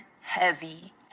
heavy